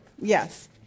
Yes